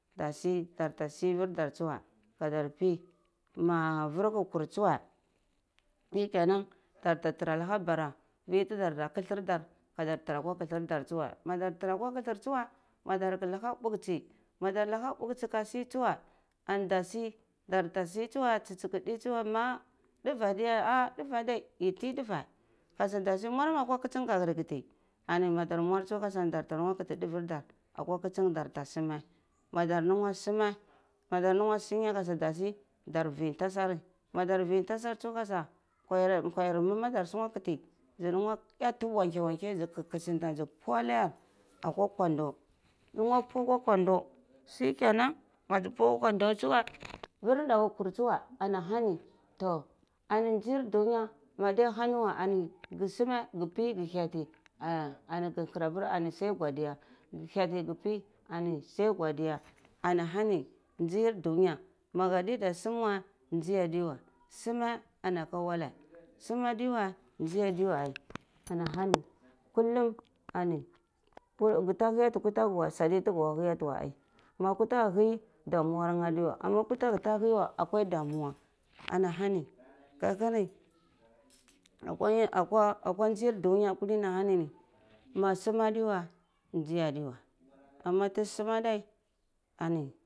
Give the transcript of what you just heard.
Dari da ta sivir dar tsuwe ka dar pi ma vur ku kur tsuwe shikenan dar ta laha abai vi ti dar da kathar dar ka dar tura akwa kathar dar tsu we ma dar thura akwa kathar dar tsu we ma dar thura akwa kathar tsuwei madar ka luha mbuksi ka si tsuwe ani dasi dar ta si tuari tsi tsi ki di ma dure ade ya ah dure adeli yi ti dure kasa dasi murmeh akwa kitchen ka gar kati ani madar mursa darta lungu kati duvur dar akwa kitchin data simeh madar lungwa sumeh madar lungwa sunya av dasi dar vi tsari darvi tsari kasa nkwayar mamadar sunwa, kati zi lungwa eti wankeh wankeh zi lunguwa kachi kachinta za pur anayel akwa kundu kungwa pwu akwa kundu shikenan mazi pwu akwa kundu tsuwe vur dan kur tsure ana han toh ani nsir duniya ma adiya hai weh ga sumuh ga pi ga hyeti ah ani ga garapir ani ani sa godiya ga hyati ga pi ani sai godiya anihani nzir dunya magadiyada sun uch nzai adewe suneh anaka wale sumeh adewa nzai adive ai ana hani gata hyeti kuta gwu weh sadi taga hyati weh ai ma kuta ga in ai damuwa adi weh ana ma kutega ta yi weh akwai damuwa anahana kasani akwa akwa akwa nzir dunya kuli ni a hani ni ma sumeh adiweh sumeh adi weh ana ti sumeh adeh ani.